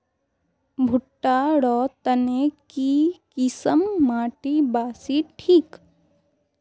भुट्टा र तने की किसम माटी बासी ठिक?